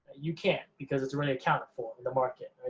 you can't because it's already accounted for in the market.